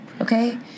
Okay